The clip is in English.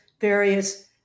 various